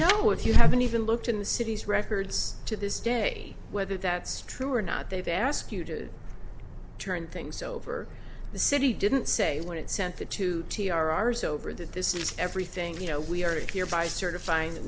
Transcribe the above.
know if you haven't even looked in the city's records to this day whether that's true or not they've asked you to turn things over the city didn't say when it sent the two t r r's over that this is everything you know we are here by certifying that